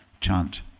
chant